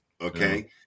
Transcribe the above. okay